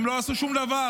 הם לא עשו שום דבר,